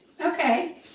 Okay